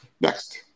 next